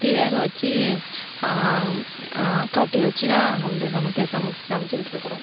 குத்தி வேக வச்சு ஆக்காட்டி வச்சுதான் நாங்கள் வந்து சமைச்சிக்கிட்டு இருக்கிறோம்